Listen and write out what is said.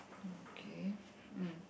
okay mm